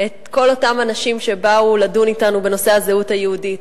את כל אותם האנשים שבאו לדון אתנו בנושא הזהות היהודית.